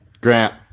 Grant